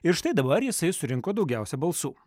ir štai dabar jisai surinko daugiausia balsų